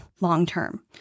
long-term